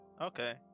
Okay